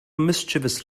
mischievous